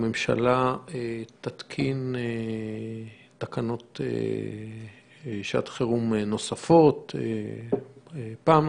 הממשלה תתקין תקנות שעת חירום נוספות פעם נוספת?